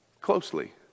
closely